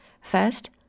First